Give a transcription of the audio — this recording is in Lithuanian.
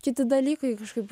kiti dalykai kažkaip